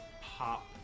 pop